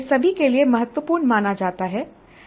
यह सभी के लिए महत्वपूर्ण माना जाता है